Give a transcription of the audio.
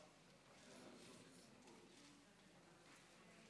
אדוני יושב-ראש הכנסת.